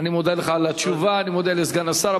אני מודה לך על התשובה, אני מודה לסגן השר.